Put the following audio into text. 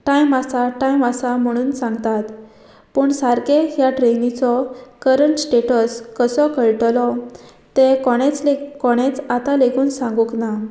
time आसा time आसा म्हणून सांगतात पूण सारके ह्या ट्रेनीचो करंट स्टेटस कसो कळटलो तें कोणेच ले कोणेंच आतां लेगून सांगूंक ना